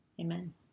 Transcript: Amen